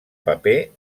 paper